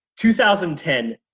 2010